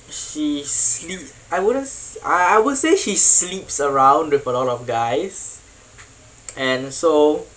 she sleep I wouldn't I would say she sleeps around with a lot of guys and so